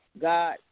God